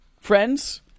friends